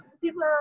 people